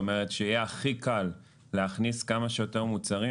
זאת אומרת שיהיה הכי קל להכניס כמה שיותר מוצרים,